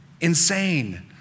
insane